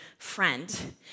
friend